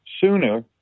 sooner